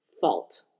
fault